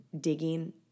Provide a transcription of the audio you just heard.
digging